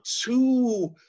two